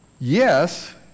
Yes